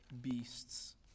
beasts